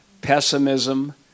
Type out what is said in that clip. pessimism